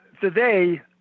today